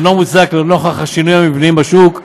וזה אינו מוצדק לנוכח השינויים המבניים בשוק הסליקה,